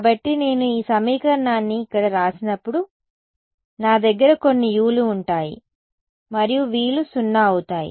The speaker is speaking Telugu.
కాబట్టి నేను ఈ సమీకరణాన్ని ఇక్కడ వ్రాసినప్పుడు నా దగ్గర కొన్ని uలు ఉంటాయి మరియు vలు 0 అవుతాయి